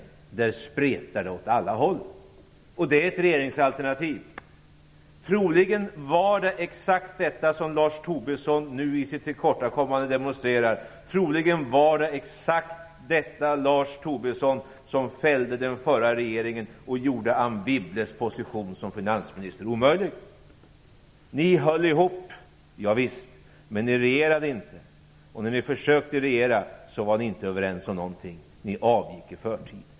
I övrigt spretar det åt alla håll. Det är ert regeringsalternativ. Troligen var det exakt detta - som Lars Tobisson i sitt tillkortakommande demonstrerade - som fällde den förra regeringen och gjorde Anne Wibbles position som finansminister omöjlig. Ja visst, ni höll ihop. Men ni regerade inte. När ni försökte regera var ni inte överens om något. Ni avgick i förtid.